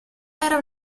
era